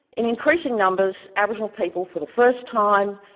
in increasing numbers, aboriginal people, for the first time,